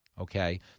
Okay